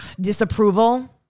disapproval